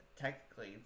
technically